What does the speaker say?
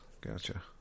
gotcha